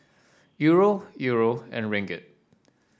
Euro Euro and Ringgit